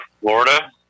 Florida